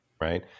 right